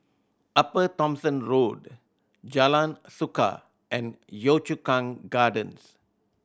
Upper Thomson Road Jalan Suka and Yio Chu Kang Gardens